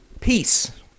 peace